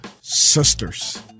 sisters